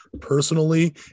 personally